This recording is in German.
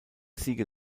sieger